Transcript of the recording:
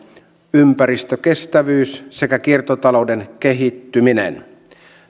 ympäristökestävyys sekä kiertotalouden kehittyminen